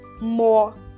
more